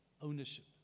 ownership